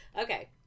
Okay